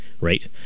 right